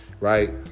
right